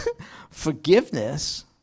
Forgiveness